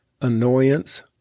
annoyance